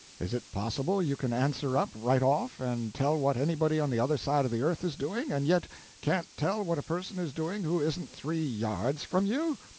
is it possible you can answer up, right off, and tell what anybody on the other side of the earth is doing, and yet can't tell what a person is doing who isn't three yards from you?